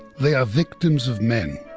they are victims of men.